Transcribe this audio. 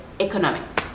economics